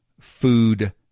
Food